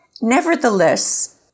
Nevertheless